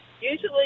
usually